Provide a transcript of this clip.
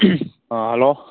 ꯑꯥ hello